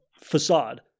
facade